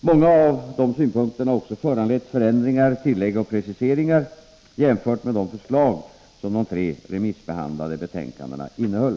Många av dessa synpunkter har också föranlett förändringar, tillägg och preciseringar jämfört med de förslag som de tre remissbehandlade betänkandena innehöll.